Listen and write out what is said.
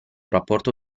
rapporto